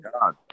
God